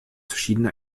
verschiedene